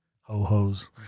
Ho-hos